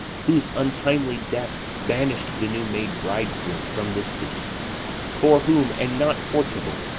whose untimely death banish'd the new-made bridegroom from this city for whom, and not for tybalt,